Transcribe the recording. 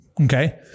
Okay